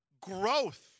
growth